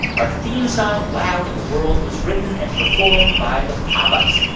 our theme song, wow in the world, was written and performed by the pop ups.